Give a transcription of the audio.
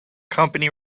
company